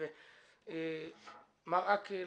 מר עקל